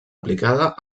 aplicada